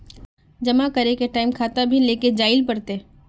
जमा करे के टाइम खाता भी लेके जाइल पड़ते?